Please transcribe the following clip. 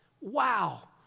Wow